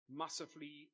massively